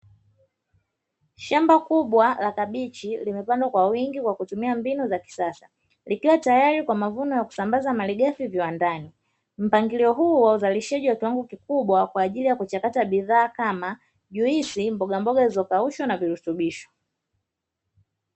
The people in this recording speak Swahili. Shamba kubwa la kabichi limepandwa kwa wingi kwa kutumia mbinu za kisasa likiwa tayari kwa kusambaza malighafi viwandani, mpangilio huu wa uzalishaji wa kiwango kikubwa kwajili ya kuchakata bidhaa kama juisi mbogamboga zilizo kaushwa na virutubisho.